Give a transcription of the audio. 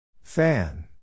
Fan